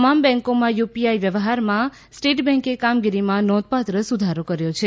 તમામ બેંકોમાં યુપીઆઈ વ્યવહારમાં સ્ટેટ બેન્કે કામગીરીમાં નોંધપાત્ર સુધારો કર્યો છે